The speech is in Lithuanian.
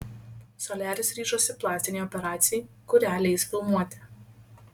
soliaris ryžosi plastinei operacijai kurią leis filmuoti